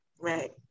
Right